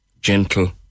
gentle